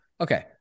Okay